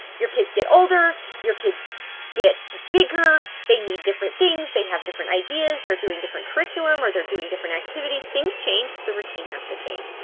your kids get older, your kids get bigger, they need different things, they have different ideas, they're doing different curriculum or they're doing different activities. things change. the routine has to change.